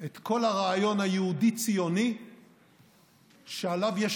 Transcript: את כל הרעיון היהודי-ציוני שעליו יש